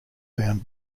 found